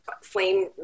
flame